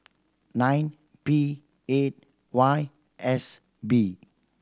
nine P eight Y S B